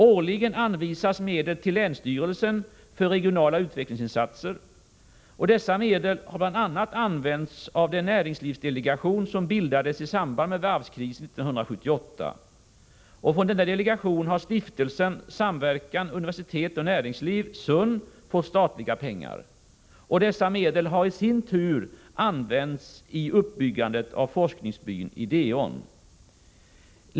Årligen anvisas medel till länsstyrelsen för regionala utvecklingsinsatser. Dessa medel har bl.a. använts av den näringslivsdelegation som bildades i samband med varvskrisen 1978. Genom denna delegation har Stiftelsen för samverkan universitet och näringsliv, SUN, fått statliga pengar. Dessa medel harisin tur använts vid uppbyggandet av forskningsbyn Ideon.